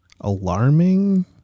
alarming